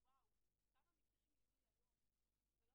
משרד האוצר היה אמור להעביר 50 מיליון שקלים,